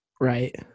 Right